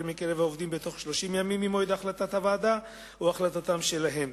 מקרב העובדים בתוך 30 ימים ממועד החלטת הוועדה או החלטתם שלהם.